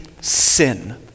sin